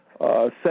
set